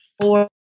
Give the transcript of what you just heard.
four